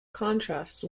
contrasts